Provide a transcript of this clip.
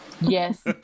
Yes